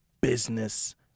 business